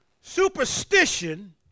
Superstition